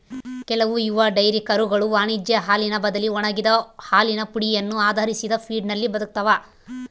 ಕೆಲವು ಯುವ ಡೈರಿ ಕರುಗಳು ವಾಣಿಜ್ಯ ಹಾಲಿನ ಬದಲಿ ಒಣಗಿದ ಹಾಲಿನ ಪುಡಿಯನ್ನು ಆಧರಿಸಿದ ಫೀಡ್ನಲ್ಲಿ ಬದುಕ್ತವ